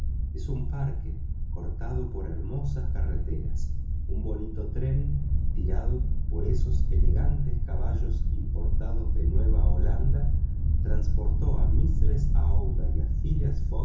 es un parque cortado por hermosas carreteras un bonito coche tirado por esos elegantes caballos importados de nueva zelanda transportó a mistress aouida y